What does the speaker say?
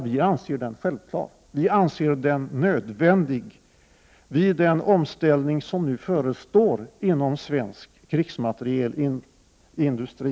Vi anser att en kunskapsbank är nödvändig vid den omställning som nu förestår inom svensk krigsmaterielindustri.